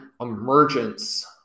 emergence